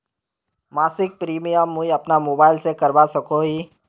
मासिक प्रीमियम मुई अपना मोबाईल से करवा सकोहो ही?